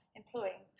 employing